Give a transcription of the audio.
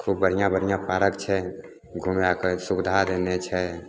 खूब बढ़िआँ बढ़िआँ पार्क छै घुमैके सुविधा देने छै